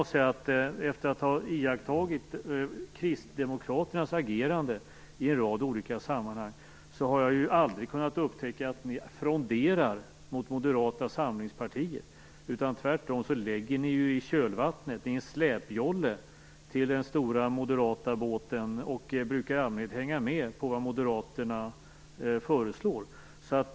Efter att ha iakttagit Kristdemokraternas agerande i en rad olika sammanhang har jag aldrig kunnat upptäcka att ni fronderar mot Moderata samlingspartiet, utan tvärtom lägger ni er i kölvattnet. Ni är en släpjolle till den stora moderata båten och brukar i allmänhet hänga med på vad moderaterna föreslår.